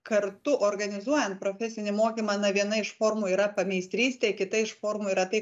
kartu organizuojant profesinį mokymą na viena iš formų yra pameistrystė kita iš formų yra tai